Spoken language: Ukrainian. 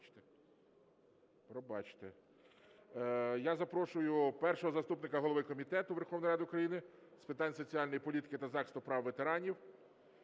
Я запрошую першого заступника голови Комітету Верховної Ради України з питань соціальної політики та захисту прав ветеранів